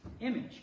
image